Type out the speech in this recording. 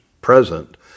present